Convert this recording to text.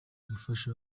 gufasha